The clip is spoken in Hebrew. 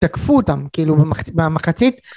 תקפו אותם כאילו במחצית